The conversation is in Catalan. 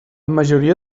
majoria